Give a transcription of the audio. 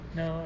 no